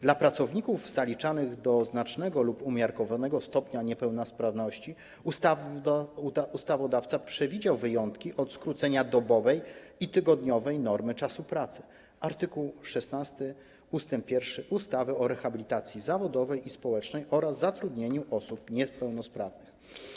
Dla pracowników ze znacznym lub umiarkowanym stopniem niepełnosprawności ustawodawca przewidział wyjątki od skrócenia dobowej i tygodniowej normy czasu pracy, art. 16 ust. 1 ustawy o rehabilitacji zawodowej i społecznej oraz zatrudnieniu osób niepełnosprawnych.